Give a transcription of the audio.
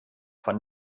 von